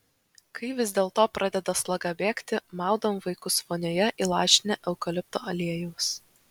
kai vis dėlto pradeda sloga bėgti maudom vaikus vonioje įlašinę eukalipto aliejaus